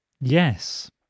yes